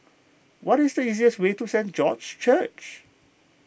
what is the easiest way to Saint George's Church